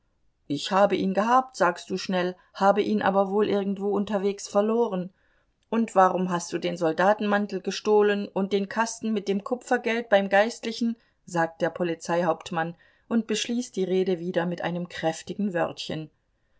ich habe ihn gehabt sagst du schnell habe ihn aber wohl irgendwo unterwegs verloren und warum hast du den soldatenmantel gestohlen und den kasten mit dem kupfergeld beim geistlichen sagt der polizeihauptmann und beschließt die rede wieder mit dem kräftigen wörtchen